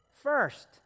First